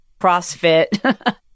CrossFit